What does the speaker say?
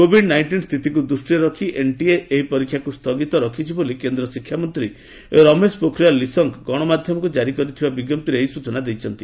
Covid nineteen ସ୍ଥିତିକୁ ଦୃଷ୍ଟିରେ ରଖି ଏନ୍ଟିଏ ଏହି ପରୀକ୍ଷାକୁ ସ୍ଥଗିତ ରଖିଛି ବୋଲି କେନ୍ଦ୍ର ଶିକ୍ଷାମନ୍ତ୍ରୀ ରମେଶ ପୋଖରିଆଲ ନିଶଙ୍କ ଗଶମାଧ୍ୟମକୁ ଜାରି କରିଥିବା ବିଞ୍ଜପ୍ତିରେ ଏହି ସ୍ବଚନା ଦେଇଛନ୍ତି